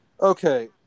Okay